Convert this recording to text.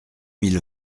mille